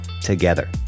together